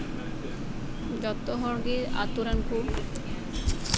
ᱡᱚᱛᱚ ᱦᱚᱲ ᱜᱮ ᱟᱛᱩ ᱨᱮᱱ ᱠᱚ